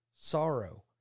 sorrow